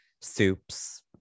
soups